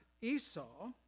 Esau